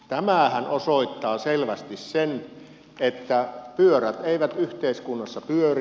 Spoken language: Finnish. tämähän osoittaa selvästi sen että pyörät eivät yhteiskunnassa pyöri